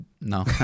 No